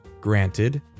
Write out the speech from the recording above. Granted